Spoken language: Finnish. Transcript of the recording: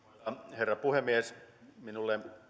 herra puhemies minuun